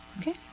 Okay